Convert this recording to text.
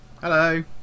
Hello